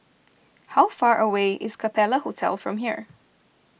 how far away is Capella Hotel Singapore from here